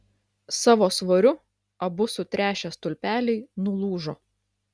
savo svoriu abu sutręšę stulpeliai nulūžo